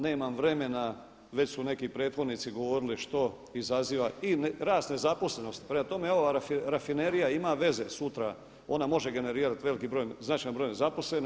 Nemam vremena, već su neki prethodnici govorili što izaziva i rast nezaposlenosti, prema tome ova rafinerija ima veze sutra, ona može generirati veliki broj značajan broj nezaposlenih.